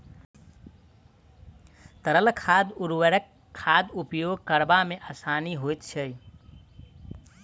तरल खाद उर्वरक के उपयोग करबा मे आसानी होइत छै